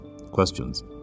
questions